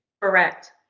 Correct